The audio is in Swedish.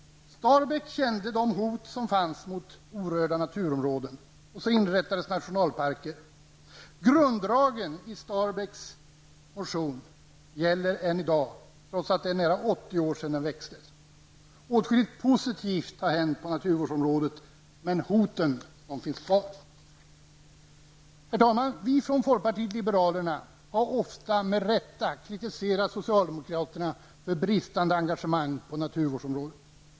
Starbäck kände de hot som fanns mot orörda naturområden. Så inrättades nationalparker. Grunddragen i Starbäcks motion gäller än i dag, trots att det är nära 80 år sedan den väcktes. Åtskilligt positivt har hänt på naturvårdsområdet, men hoten finns kvar. Herr talman! Vi i folkpartiet liberalerna har ofta med rätta kritiserat socialdemokraterna för bristande engagemang på naturvårdsområdet.